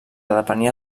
depenia